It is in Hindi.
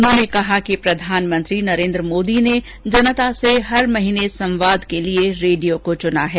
उन्होंने कहा कि प्रधानमंत्री नरेन्द्र मोदी ने जनता से हर महीने संवाद के लिए रेडियो को चुना है